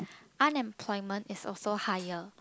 unemployment is also higher